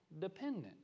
dependent